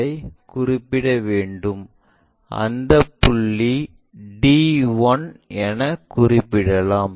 ஐ குறிப்பிட வேண்டும் அந்தப் புள்ளி d 1 என குறிப்பிடலாம்